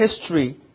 history